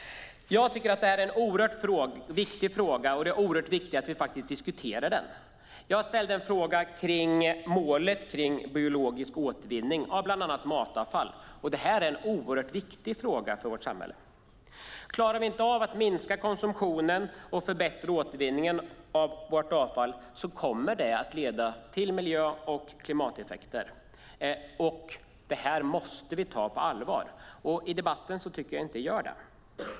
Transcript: Det är en oerhört viktig fråga, och det är oerhört viktigt att vi diskuterar den. Jag ställde frågan om målet för biologisk återvinning av bland annat matavfall. Det är en viktig fråga för vårt samhälle. Klarar vi inte av att minska konsumtionen och förbättra återvinningen av vårt avfall kommer det att leda till miljö och klimateffekter. Det måste vi ta på allvar. Det tycker jag inte att vi gör i debatten.